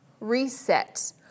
reset